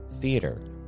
theater